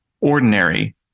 ordinary